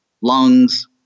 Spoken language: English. lungs